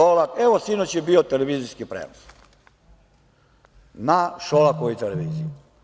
Evo sinoć je bio televizijski prenos na Šolakovoj televiziji.